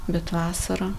bet vasarą